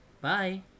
bye